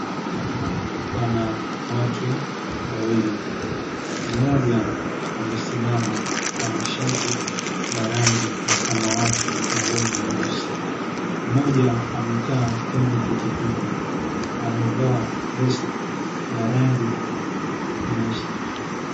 Hapa pana watu wawili. Mmoja amesimama ana shati la rangi ya samawati na long'i nyeusi. Mmoja amekaa kwenye pikipiki, amevaa vest ya rangi nyeusi.